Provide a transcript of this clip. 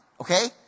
okay